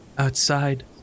Outside